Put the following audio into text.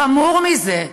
וחמור מזה,